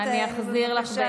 אני יושב פה,